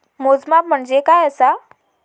मोजमाप म्हणजे काय असा?